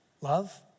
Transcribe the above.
Love